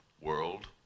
world